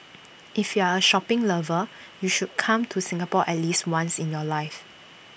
if you are A shopping lover you should come to Singapore at least once in your life